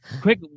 Quick